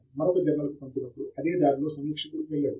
మరొక జర్నల్ కు పంపినప్పుడు అదే దారిలో సమీక్షకుడు వెళ్ళడు